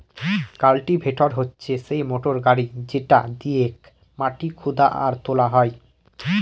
cultivator হচ্ছে সেই motor গাড়ি যেটা দিয়েক মাটি খুদা আর তোলা হয়